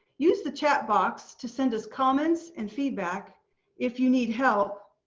use the chat box to send us comments and feedback if you need help.